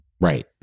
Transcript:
Right